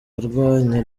barwanya